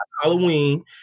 Halloween